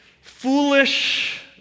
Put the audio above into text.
foolish